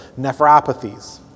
nephropathies